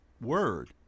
word